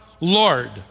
Lord